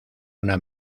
una